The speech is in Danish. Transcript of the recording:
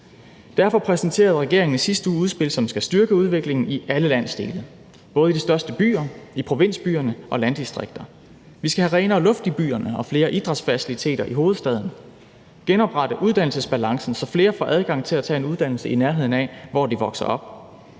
Derfor præsenterede regeringen i sidste uge et udspil, som skal styrke udviklingen i alle landsdele, både i de største byer, i provinsbyerne og i landdistrikterne. Vi skal have renere luft i byerne og flere idrætsfaciliteter i hovedstaden, genoprette uddannelsesbalancen, så flere får adgang til at tage en uddannelse i nærheden af, hvor de er vokset op.